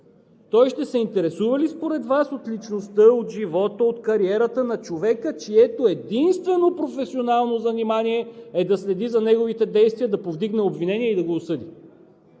Той ще се интересува ли според Вас от личността, от живота, от кариерата на човека, чието единствено професионално занимание е да следи за неговите действия, да повдигне обвинение и да го осъди?